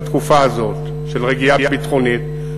בתקופה הזאת של רגיעה ביטחונית,